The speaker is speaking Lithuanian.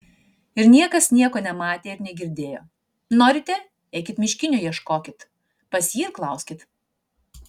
ir niekas nieko nematė ir negirdėjo norite eikit miškinio ieškokit pas jį ir klauskit